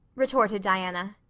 retorted diana,